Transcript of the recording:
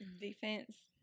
Defense